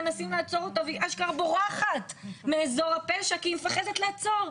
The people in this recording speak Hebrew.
מנסים לעצור אותה והיא אשכרה בורחת מאזור הפשע כי היא מפחדת לעצור.